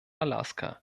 alaska